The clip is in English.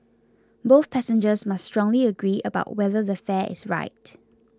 both passengers must strongly agree about whether the fare is right